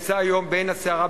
שנמצא היום בעין הסערה,